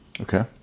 Okay